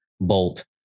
bolt